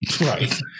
Right